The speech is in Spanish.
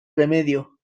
remedio